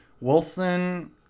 Wilson